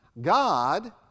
God